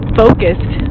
focused